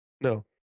No